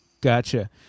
Gotcha